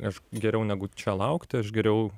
aš geriau negu čia laukt aš geriau